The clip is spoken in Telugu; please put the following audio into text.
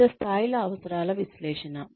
వివిధ స్థాయిల అవసరాల విశ్లేషణ